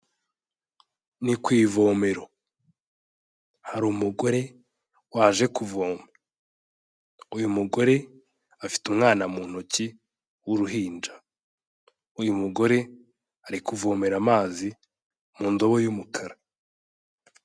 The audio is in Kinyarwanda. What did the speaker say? Ni ku ivomero hari umugore waje kuvoma, uyu mugore afite umwana mu ntoki w'uruhinja. Uyu mugore ari kuvomera amazi mu ndobo y'umukara.